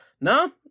No